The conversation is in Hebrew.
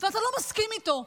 ואתה לא מסכים איתו,